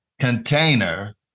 container